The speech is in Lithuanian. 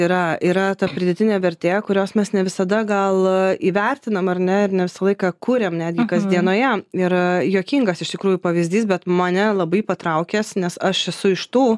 yra yra ta pridėtinė vertė kurios mes ne visada gal įvertinam ar ne ir ne visą laiką kuriam netgi kasdienoje yra juokingas iš tikrųjų pavyzdys bet mane labai patraukęs nes aš esu iš tų